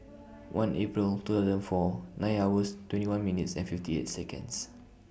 one April two thousand and four nine hours twenty one minutes and fifty eight Seconds